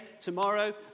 tomorrow